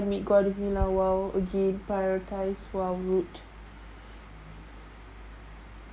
so you can't meet go out with me lah !wow! again prioritise while I wait